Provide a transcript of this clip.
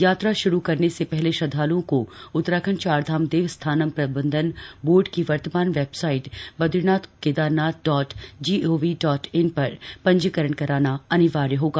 यात्रा श्रू करने से पहले श्रद्धाल्ओं को उत्तराखंड चारधाम देवस्थानम् प्रबंधन बोर्ड की वर्तमान website Badrinath Kedarnath dot gov dot in पर पंजीकरण कराना अनिवार्य होगा